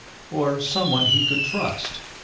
or someone he could trust?